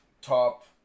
top